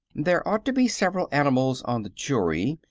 there ought to be several animals on the jury,